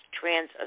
trans